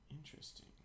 Interesting